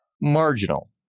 marginal